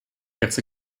gets